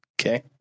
Okay